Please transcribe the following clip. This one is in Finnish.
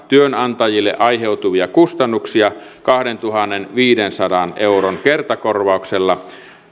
työnantajille aiheutuvia kustannuksia kahdentuhannenviidensadan euron kertakorvauksella